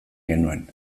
genuen